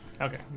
Okay